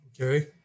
Okay